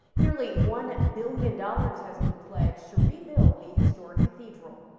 nearly one billion dollars has been pledged to rebuild the historic cathedral.